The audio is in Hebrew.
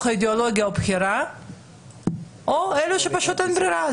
אידיאולוגיה ובחירה או אלו שאין להם פשוט ברירה.